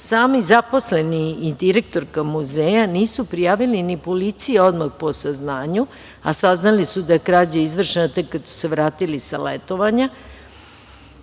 sami zaposleni i direktorka muzeja nisu prijavili ni policija odmah po saznanju, a saznali su da je krađa izvršena tek kad su se vratili sa letovanja